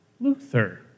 Luther